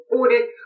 audit